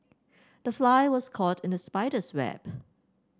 the fly was caught in the spider's web